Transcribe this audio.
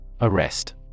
Arrest